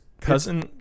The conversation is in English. Cousin